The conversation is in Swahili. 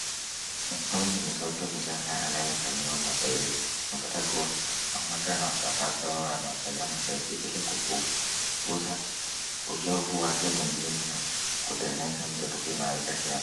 Namuona mtoto mchanga anafanyiwa mazoezi .Unapata kuwa mamake ama babake anamfanyia mazoezi Ili kupunguza uchovu wake mwilini na kutengeneza mtoto kuimarika kiafya.